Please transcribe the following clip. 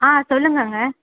ஆ சொல்லுங்கங்க